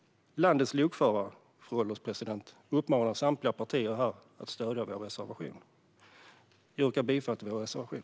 Landets lokförare, fru ålderspresident, uppmanar samtliga partier här att stödja vår reservation. Jag yrkar bifall till vår reservation.